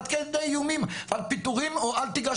עד כדי איומים על פיטורים או אל תיגש